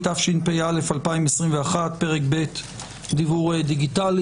התשפ"א 2021, פרק ב' (דיוור דיגיטלי).